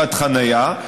לאכיפת חניה,